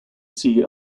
see